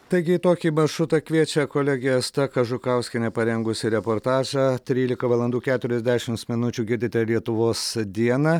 taigi į tokį maršrutą kviečia kolegė asta kažukauskienė parengusi reportažą trylika valandų keturiasdešimts minučių girdite lietuvos dieną